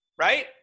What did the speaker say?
right